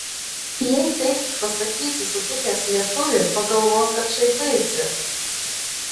jei taip pasakysi sutikęs lietuvį pagalvos kad šaipaisi